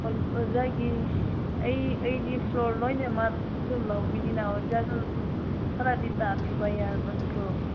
ꯑꯣ ꯑꯣꯖꯥꯒꯤ ꯑꯩ ꯑꯩꯗꯤ ꯐ꯭ꯂꯣꯔ ꯂꯣꯏꯅꯃꯛꯇꯨ ꯂꯧꯕꯅꯤꯅ ꯑꯣꯖꯥꯅ ꯈꯔꯗꯤ ꯇꯥꯕꯤꯕ ꯌꯥꯕ ꯅꯠꯇ꯭ꯔꯣ